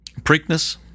Preakness